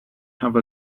have